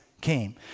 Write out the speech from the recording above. came